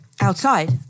Outside